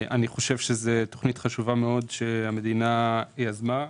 אני חושב שזו תוכנית חשובה מאוד שהמדינה יזמה,